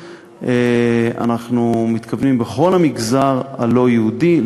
אנחנו מתכוונים בכל המגזר הלא-יהודי,